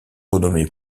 renommé